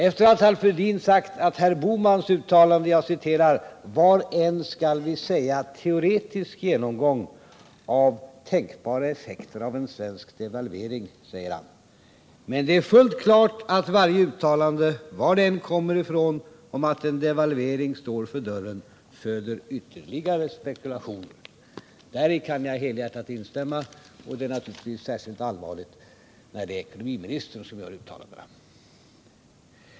Efter att herr Fälldin sagt att herr Bohmans uttalande var ”en, skall vi säga, teoretisk genomgång av tänkbara effekter av en svensk devalvering”, fortsätter han: ”Men det är fullt klart att varje uttalande, var det än kommer ifrån, om att en devalvering står för dörren föder ytterligare spekulationer.” Däri kan jag helhjärtat instämma, och det är naturligtvis särskilt allvarligt när det är ekonomiministern som gör uttalandena.